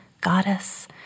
Goddess